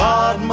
God